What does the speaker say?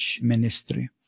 ministry